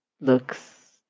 looks